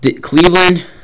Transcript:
Cleveland